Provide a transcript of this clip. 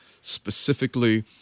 specifically